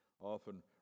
Often